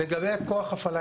לגבי הכוח ההפעלה